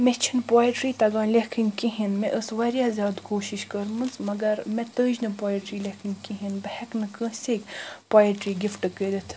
مےٚ چھنہِ پوٚیٹری تگان لیٚکھٕنۍ کہینۍ مےٚ ٲس واریاہ زیادٕ کوشش کٔرمژ مگر مےٚ تٔج نہِ پوٚیٹری لیٚکھٕنۍ کہینۍ بہٕ ہیٚکہِ نہِ کٲنسے پوٚیٹری گفٹ کٔرتھ